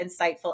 insightful